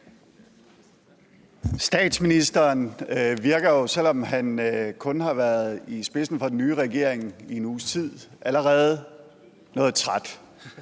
Statsministeren virker jo, selv om han kun har været i spidsen for den nye regering i en uges tid, allerede noget træt,